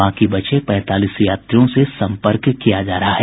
बाकी बचे पैंतालीस यात्रियों से संपर्क किया जा रहा है